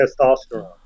testosterone